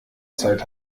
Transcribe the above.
zeit